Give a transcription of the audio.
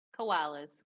koalas